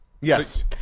yes